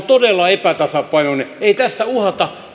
todella epätasapainoinen ei tässä uhata